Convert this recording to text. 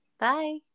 Bye